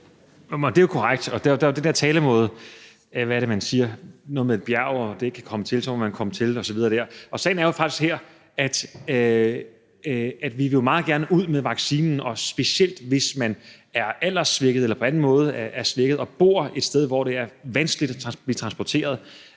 er jo den der talemåde. Det er noget med et bjerg, og at man, hvis det ikke kan komme til en, så må man komme til det osv. Sagen er faktisk, at vi jo meget gerne vil ud med vaccinen. Og specielt hvis man er alderssvækket eller på anden måde er svækket og bor et sted, hvor det er vanskeligt at blive transporteret